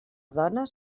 dones